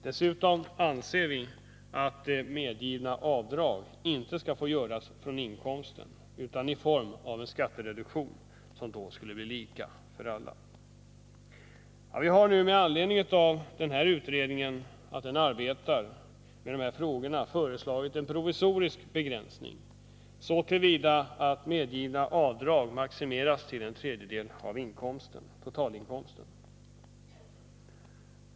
Dessutom anser vi att avdrag inte skall få göras på inkomsten utan medges i form av en skattereduktion, som då skulle bli lika för alla. Vi har nu med anledning av att denna utredning arbetar med dessa frågor föreslagit en provisorisk begränsning, så till vida att medgivna avdrag maximeras till en tredjedel av totalinkomsten.